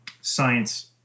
Science